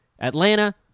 Atlanta